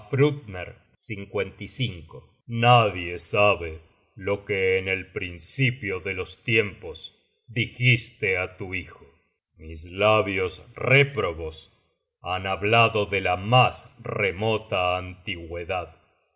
la pira vafthrudner nadie sabe lo que en el principio de los tiempos dijiste á tu hijo mis labios réprobos han hablado de la mas remota antigüedad